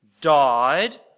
died